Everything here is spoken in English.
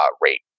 rate